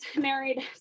married